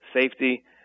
safety